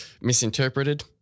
misinterpreted